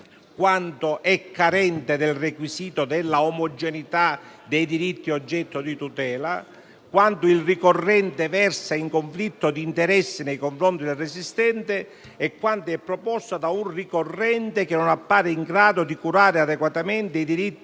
quando è carente del requisito della omogeneità dei diritti oggetto di tutela; quando il ricorrente versa in conflitto di interesse nei confronti del resistente; quando è proposta da un ricorrente che non appare in grado di curare adeguatamente i diritti